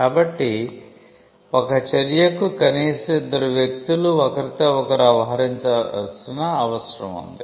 కాబట్టి ఒక చర్యకు కనీసం ఇద్దరు వ్యక్తులు ఒకరితో ఒకరు వ్యవహరించాల్సిన అవసరం ఉంది